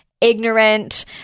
ignorant